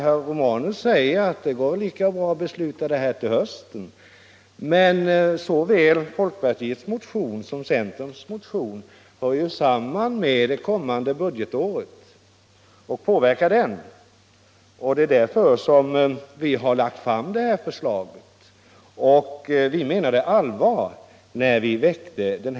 Herr Romanus säger att det går lika bra att besluta i frågan till hösten, men såväl folkpartiets som centerns motion hör ju samman med det kommande budgetåret och påverkar således detta. Det är därför vi har lagt fram detta förslag, och vi menade allvar när vi gjorde det.